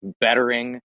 bettering